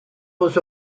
was